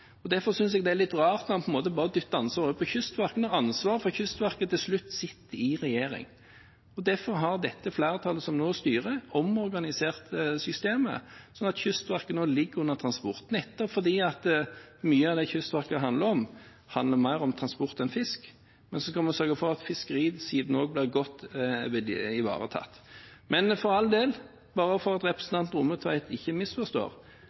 Derfor synes jeg det er litt rart at en bare dytter ansvaret over på Kystverket, når ansvaret for Kystverket til slutt sitter hos regjeringen. Derfor har flertallet som nå styrer, omorganisert systemet, sånn at Kystverket nå ligger under Samferdselsdepartementet, nettopp fordi mye av det Kystverket driver med, handler mer om transport enn om fisk. Men vi skal sørge for at også fiskerisiden blir godt ivaretatt. Men for all del – bare for at representanten Rommetveit ikke